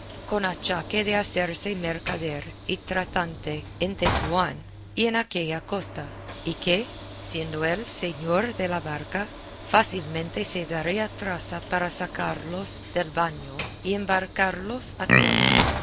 con achaque de hacerse mercader y tratante en tetuán y en aquella costa y que siendo él señor de la barca fácilmente se daría traza para sacarlos del baño y embarcarlos a todos